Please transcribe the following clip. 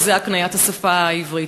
וזה הקניית השפה העברית.